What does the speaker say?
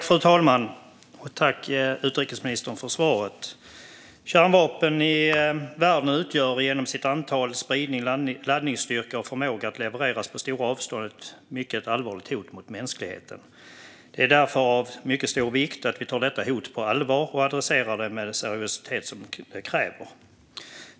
Fru talman! Tack, utrikesministern, för svaret! Kärnvapnen i världen utgör genom sitt antal och sin spridning, laddningsstyrka och förmåga att levereras på stora avstånd ett mycket allvarligt hot mot mänskligheten. Det är därför av mycket stor vikt att vi tar detta hot på allvar och adresserar det med den seriositet som det kräver.